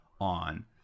on